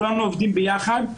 כולנו עובדים ביחד,